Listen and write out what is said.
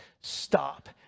Stop